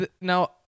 now